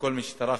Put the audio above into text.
ולכל מי שטרח,